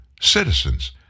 citizens